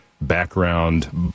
background